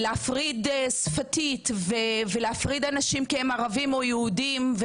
להפריד שפתית ולהפריד אנשים כי הם ערבים או יהודים,